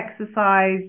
exercise